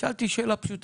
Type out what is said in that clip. שאלתי שאלה פשוטה.